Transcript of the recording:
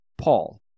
Paul